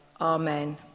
Amen